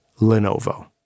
Lenovo